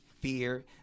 fear